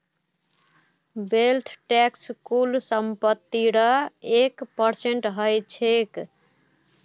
wealth tax कुल संपत्तिर एक परसेंट ह छेक